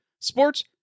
Sports